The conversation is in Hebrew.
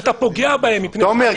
תומר,